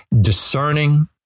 discerning